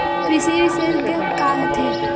कृषि विशेषज्ञ का होथे?